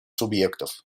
субъектов